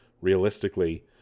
realistically